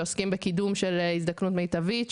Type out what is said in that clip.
הזדקנות מיטבית,